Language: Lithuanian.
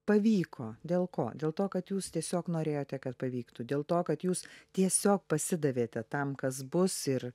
pavyko dėl ko dėl to kad jūs tiesiog norėjote kad pavyktų dėl to kad jūs tiesiog pasidavėte tam kas bus ir